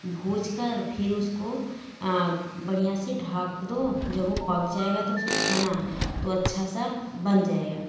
भूंजकर फिर उसको बढ़िया से ढाँक दो जब वो पक जाएगा तो उसको खाना तो अच्छा सा बन जाएगा